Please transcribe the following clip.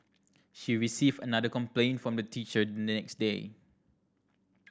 she received another complaint from the teacher the next day